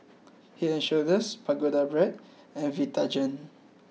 Head and Shoulders Pagoda Brand and Vitagen